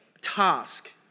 task